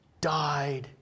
died